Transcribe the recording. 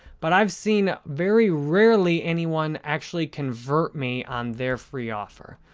but i've seen, very rarely, anyone actually convert me on their free offer.